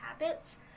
habits